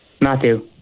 Matthew